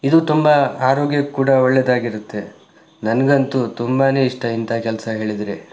ಇದು ತುಂಬ ಆರೋಗ್ಯಕ್ಕೆ ಕೂಡ ಒಳ್ಳೆಯದಾಗಿರುತ್ತೆ ನನಗಂತೂ ತುಂಬಾನೇ ಇಷ್ಟ ಇಂಥ ಕೆಲಸ ಹೇಳಿದರೆ